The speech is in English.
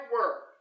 work